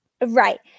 Right